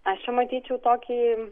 aš čia matyčiau tokį